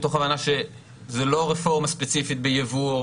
מתוך הבנה שזה לא רפורמה ספציפית ביבוא,